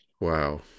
wow